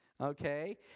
okay